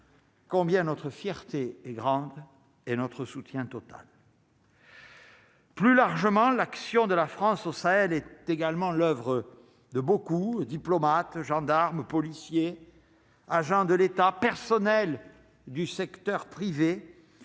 Combien notre fierté et grande et notre soutien total. Plus largement, l'action de la France au Sahel est également l'oeuvre de beaucoup, diplomate, gendarmes, policiers, agents de l'État personnel du secteur privé